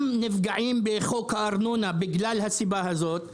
גם נפגעים בחוק הארנונה בגלל הסיבה הזאת.